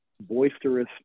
boisterous